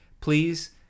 please